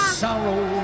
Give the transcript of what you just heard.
sorrow